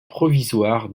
provisoire